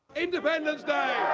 independence day!